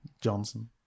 Johnson